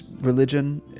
religion